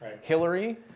Hillary